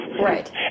Right